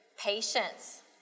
patience